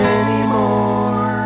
anymore